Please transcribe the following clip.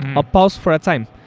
a pause for a time.